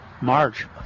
March